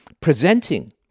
presenting